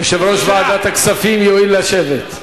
אדוני יושב-ראש ועדת הכספים יואיל לשבת.